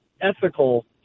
ethical